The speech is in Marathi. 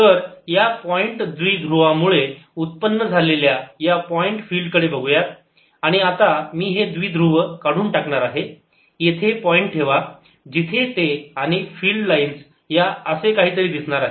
तर या पॉईंट द्विध्रुवामुळे उत्पन्न झालेल्या या पॉईंट फिल्ड कडे बघुयात आणि आता मी हे द्विध्रुव काढून टाकणार आहे येथे पॉईंट ठेवा जिथे ते आणि फिल्ड लाइन्स या असे काहीतरी दिसणार आहे